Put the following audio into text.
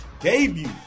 debut